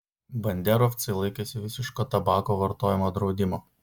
banderovcai laikėsi visiško tabako vartojimo draudimo